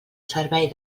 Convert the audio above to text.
servei